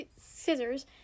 scissors